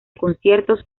conciertos